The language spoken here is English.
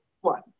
one